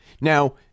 Now